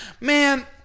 man